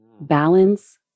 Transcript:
Balance